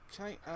Okay